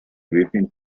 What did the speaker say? viven